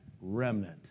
remnant